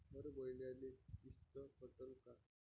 हर मईन्याले किस्त कटन का?